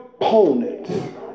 opponent